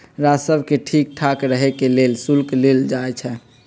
राजस्व के ठीक ठाक रहे के लेल शुल्क लेल जाई छई